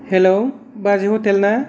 हेल' बाजै हटेल ना